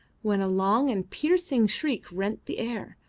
when a long and piercing shriek rent the air,